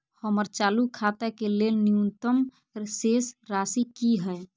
हमर चालू खाता के लेल न्यूनतम शेष राशि की हय?